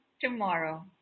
tomorrow